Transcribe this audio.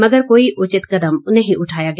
मगर कोई उचित कदम नहीं उठाया गया